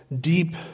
deep